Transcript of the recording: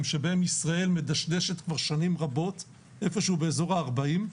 שבהם ישראל מדשדשת כבר שנים רבות איפשהו באזור ה-40,